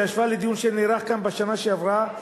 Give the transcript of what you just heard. בהשוואה לדיון שנערך כאן בשנה שעברה,